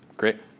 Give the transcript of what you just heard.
Great